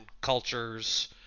cultures